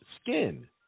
skin